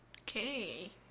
Okay